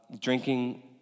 Drinking